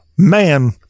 Man